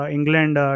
England